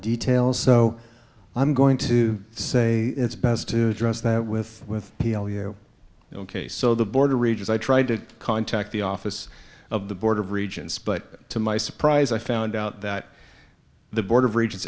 details so i'm going to say it's best to address that with with helio ok so the border regions i tried to contact the office of the board of regents but to my surprise i found out that the board of regents